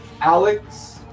Alex